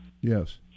Yes